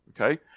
Okay